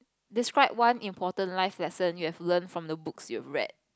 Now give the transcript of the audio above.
describe one important life lesson you have learnt from the books you have read